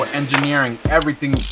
engineering—everything